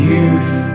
Youth